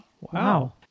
Wow